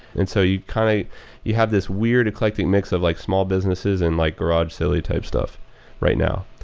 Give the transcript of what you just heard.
and so you kind of you have this weird collecting mix of like small businesses and like garage sale type stuff right now.